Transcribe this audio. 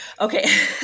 Okay